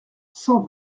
cent